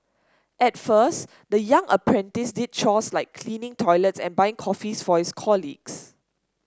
at first the young apprentice did chores like cleaning toilets and buying coffees for his colleagues